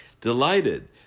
Delighted